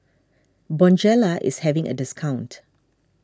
Bonjela is having a discount